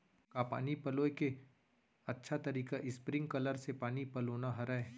का पानी पलोय के अच्छा तरीका स्प्रिंगकलर से पानी पलोना हरय?